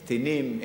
קטינים,